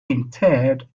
interred